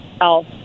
Else